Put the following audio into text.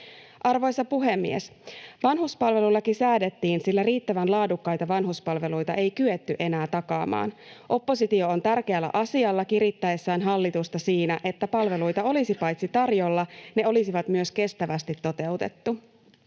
Arvoisa puhemies! Vanhuspalvelulaki säädettiin, sillä riittävän laadukkaita vanhuspalveluita ei kyetty enää takaamaan. Oppositio on tärkeällä asialla kirittäessään hallitusta siinä, että paitsi että palveluita olisi tarjolla, ne olisivat myös kestävästi toteutettuja.